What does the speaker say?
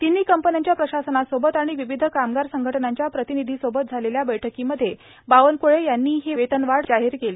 तिन्ही कंपन्यांच्या प्रशासनासोबत आणि विविध कामगार संघटनांच्या प्रतिनिधीसोबत झालेल्या बैठकीमध्ये बावनक्ळे यांनी ही वेतनवाढ जाहीर केली